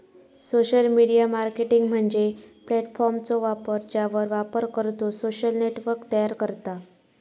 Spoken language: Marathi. सोशल मीडिया मार्केटिंग म्हणजे प्लॅटफॉर्मचो वापर ज्यावर वापरकर्तो सोशल नेटवर्क तयार करता